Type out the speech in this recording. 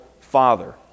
Father